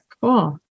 Cool